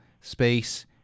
space